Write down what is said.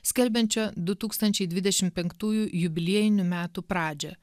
skelbiančio du tūkstančiai dvidešim penktųjų jubiliejinių metų pradžią